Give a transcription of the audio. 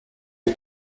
est